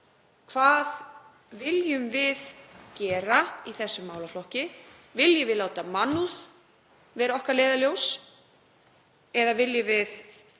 Hvað viljum við gera í þessum málaflokki? Viljum við láta mannúð vera okkar leiðarljós